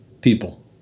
people